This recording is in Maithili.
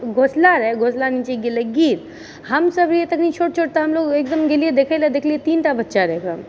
घोसला रहै घोसलामे चलि गेलै गिद्ध हमसब रहियै तखनी छोट छोट तऽ हमलोग गेलियै देखै लऽ देखलिऐ तीनटा बच्चा रहै ओकरामे